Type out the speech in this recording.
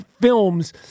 films